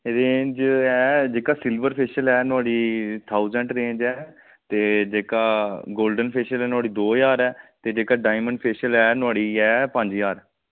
range ऐ जेह्का silver facial ऐ नुहाड़ी थाऊजैंड रेंज ऐ ते जेह्का गोल्डन फेशिअल नुहाड़ी दो ज्हार ऐ ते जेह्का डायमंड फेशिअल ऐ नुहाड़ी ऐ पंज ज्हार